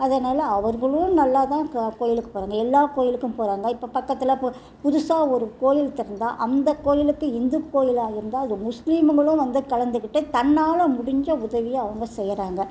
அதனால் அவர்களும் நல்லாதான் க கோயிலுக்கு போகிறாங்க எல்லா கோயிலுக்கும் போகிறாங்க இப்போ பக்கத்தில் புதுசாக ஒரு கோவில் திறந்தா அந்த கோயிலுக்கு இந்து கோயிலாக இருந்தால் அது முஸ்லீம்களும் வந்து கலந்துக்கிட்டு தன்னால் முடிந்த உதவியை அவங்க செய்கிறாங்க